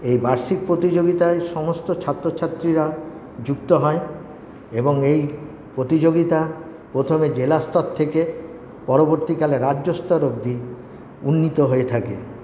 এই বার্ষিক প্রতিযোগিতায় সমস্ত ছাত্রছাত্রীরা যুক্ত হয় এবং এই প্রতিযোগিতা প্রথমে জেলাস্তর থেকে পরবর্তীকালে রাজ্যস্তর অব্দি উন্নীত হয়ে থাকে